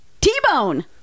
T-Bone